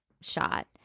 shot